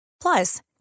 Plus